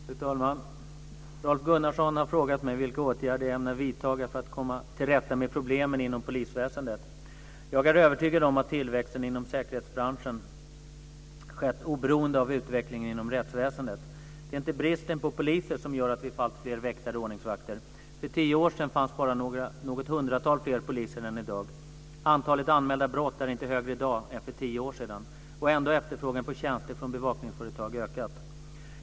Fru talman! Rolf Gunnarsson har frågat mig vilka åtgärder jag ämnar vidta för att komma till rätta med problemen inom polisväsendet. Jag är övertygad om att tillväxten inom säkerhetsbranschen skett oberoende av utvecklingen inom rättsväsendet. Det är inte bristen på poliser som gör att vi får alltfler väktare och ordningsvakter. För tio år sedan fanns bara något hundratal fler poliser än i dag. Antalet anmälda brott är inte högre i dag än för tio år sedan, och ändå har efterfrågan på tjänster från bevakningsföretag ökat.